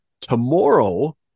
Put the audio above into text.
Tomorrow